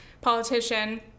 politician